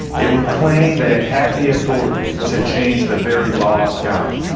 it would claim that it had the authority to change the very law of god.